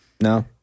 no